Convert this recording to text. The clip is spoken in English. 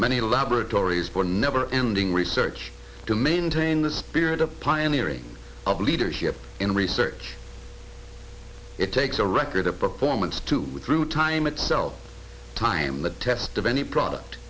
many laboratories for never ending research to maintain the spirit of pioneering of leadership in research it takes a record of performance to through time itself time the test of any product